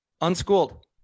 unschooled